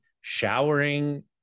showering